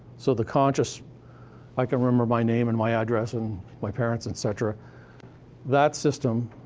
so the conscious i can remember my name and my address and my parents, etcetera that system,